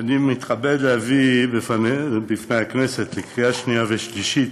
אני מתכבד להביא לפני הכנסת לקריאה שנייה ושלישית